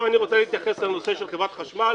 אני רוצה להתייחס לנושא של חברת חשמל